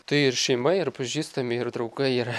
tai ir šeima ir pažįstami ir draugai ir